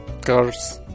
Cars